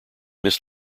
miss